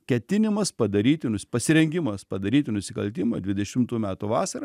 ketinimas padaryti nus pasirengimas padaryti nusikaltimą dvidešimtų metų vasarą